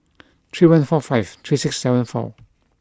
three one four five three six seven four